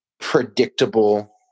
predictable